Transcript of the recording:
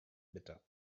bitter